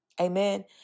Amen